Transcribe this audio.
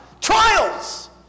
Trials